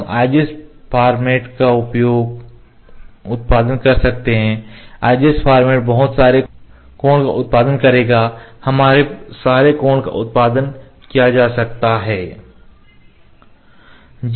हम IGS का उत्पादन कर सकते हैं IGS फॉर्मेट बहुत सारे कोड का उत्पादन करेगा बहुत सारे कोड का उत्पादन किया जा सकता है